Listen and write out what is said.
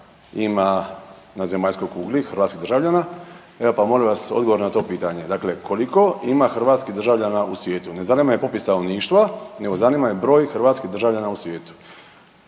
ima na zemaljskoj kugli, hrvatskih državljana, evo pa molim vas odgovor na to pitanje, dakle koliko ima hrvatskih državljana u svijetu. Ne zanima me popis stanovništva, nego zanima me broj hrvatskih državljana u svijetu.